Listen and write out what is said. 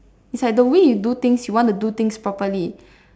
it's like the way you do things you want to do things properly